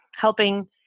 helping